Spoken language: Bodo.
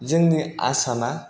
जोंनि आसामा